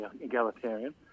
egalitarian